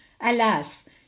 alas